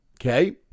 Okay